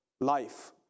life